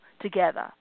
together